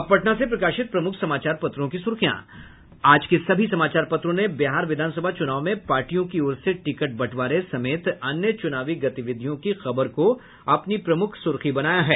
अब पटना से प्रकाशित प्रमुख समाचार पत्रों की सुर्खियां आज के सभी समाचार पत्रों ने बिहार विधानसभा चुनाव में पार्टियों की ओर से टिकट बंटवारे समेत अन्य चुनावी गतिविधियों की खबर को अपनी प्रमुख सुर्खी बनाया है